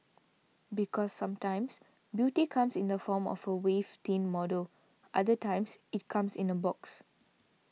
because sometimes beauty comes in the form of a waif thin model other times it comes in a box